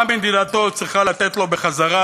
מה מדינתו צריכה לתת לו בחזרה,